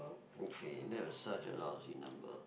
okay that was such a lousy number